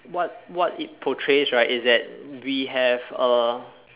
what what it portrays right is that we have a